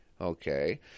okay